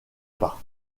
pas